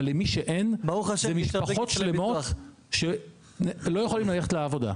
אבל למי שאין זה משפחות שלמות שלא יכולים ללכת לעבודה.